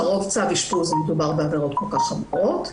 לרוב צו אשפוז אם מדובר בעבירות כל-כך חמורת,